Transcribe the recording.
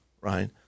right